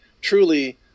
truly